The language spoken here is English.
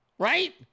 right